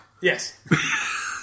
Yes